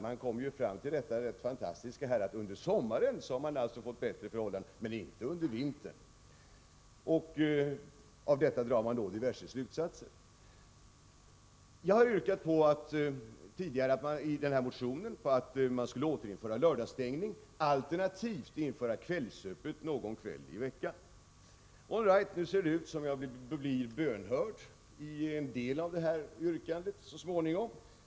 Man kom ju fram till det rätt fantastiska att under sommaren har förhållandena blivit bättre men inte under vintern. Av detta drar man då diverse slutsatser. I min motion har jag yrkat på att man skulle återinföra lördagsöppet alternativt införa kvällsöppet någon dag i veckan. Nu ser det ut som om jag blir bönhörd i en del av det yrkandet så småningom.